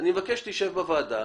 מבקש שתשב בוועדה,